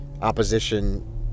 opposition